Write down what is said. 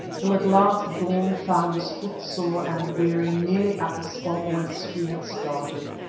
till at last dawn found us footsore and weary nearly at the spot whence we had started.